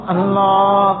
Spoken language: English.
Allah